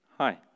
Hi